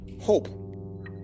hope